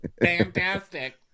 Fantastic